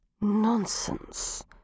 nonsense